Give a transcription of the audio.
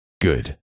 Good